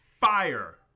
fire